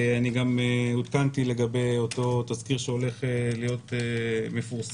אני גם עודכנתי לגבי אותו התזכיר שהולך להיות מפורסם,